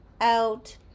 out